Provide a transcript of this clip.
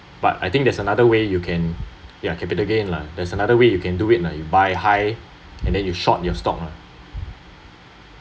but I think there's another way you can yeah capital gain lah there’s another way you can do it lah you buy high and then you short your stock lah